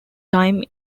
time